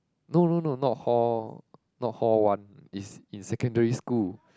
no no no not hall not hall one is in secondary school